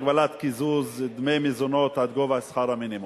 הגבלת קיזוז דמי מזונות עד גובה שכר מינימום).